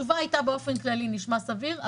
התשובה הייתה: באופן כללי, נשמע סביר.